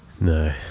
No